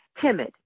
timid